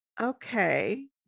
okay